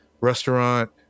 restaurant